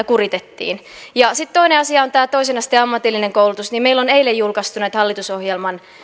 kuritettiin sitten toinen asia on tämä toisen asteen ammatillinen koulutus meillä on eilen julkaistu näitä hallitusohjelman